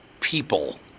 People